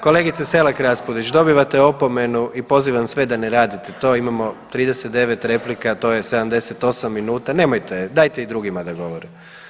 Kolegice Selak Raspudić dobivate opomenu i pozivam sve da ne radite to, imamo 39 replika to je 78 minuta, nemojte dajte i drugima da govore.